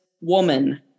woman